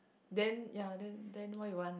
then ya then then what you want